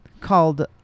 called